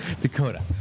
Dakota